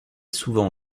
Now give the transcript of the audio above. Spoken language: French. souvent